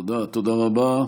תודה רבה.